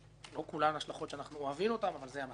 לא את כולן אנחנו אוהבים, אבל זה המצב;